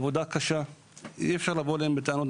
עבודה קשה, ואי אפשר לבוא אליהם בטענות.